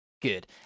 Good